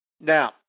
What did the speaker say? Now